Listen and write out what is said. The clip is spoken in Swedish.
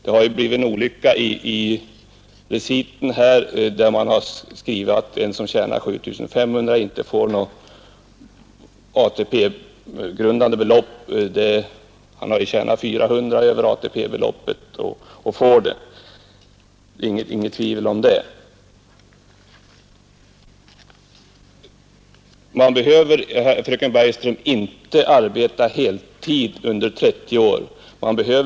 Vid skrivningen av reciten har en olycka skett. Där står att den som tjänar 7 500 kronor inte har något ATP-grundande belopp, men han har faktiskt tjänat 400 utöver ATP-beloppet, varför han får poäng för detta. 107 Därom föreligger inte något tvivel. Man behöver inte arbeta heltid under 30 år, fröken Bergström.